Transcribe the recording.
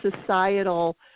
societal